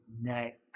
next